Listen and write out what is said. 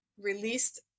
released